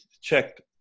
checked